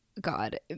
God